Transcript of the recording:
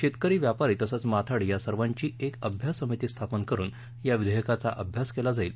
शेतकरी व्यापारी तसंच माथाडी या सर्वांची एक अभ्यास समिती स्थापन करुन या विधेयकाचा अभ्यास केला जाईल